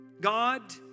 God